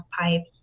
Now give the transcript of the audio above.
pipes